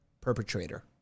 perpetrator